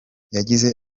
yagize